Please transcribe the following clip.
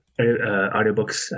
audiobooks